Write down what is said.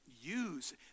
use